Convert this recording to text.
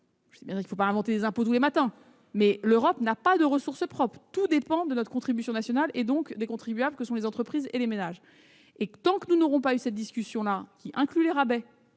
Je sais bien qu'il ne faut pas inventer des impôts tous les matins, mais je vous rappelle que l'Europe n'a pas de ressources propres. Tout dépend des contributions nationales, et donc des contribuables que sont les entreprises et les ménages. Tant que nous n'aurons pas eu cette discussion, qui inclut la fin